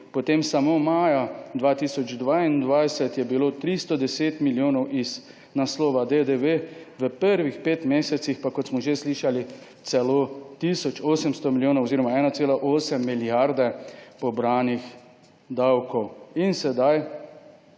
2021, samo maja 2022 je bilo 310 milijonov iz naslova DDV, v prvih petih mesecih pa, kot smo že slišali, celo tisoč 800 milijonov oziroma 1,8 milijarde pobranih davkov. In sedaj